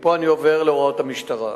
מפה אני עובר להוראות המשטרה,